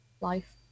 life